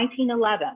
1911